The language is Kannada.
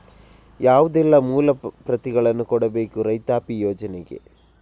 ಯಾವುದೆಲ್ಲ ಮೂಲ ಪ್ರತಿಗಳನ್ನು ಕೊಡಬೇಕು ರೈತಾಪಿ ಯೋಜನೆಗೆ?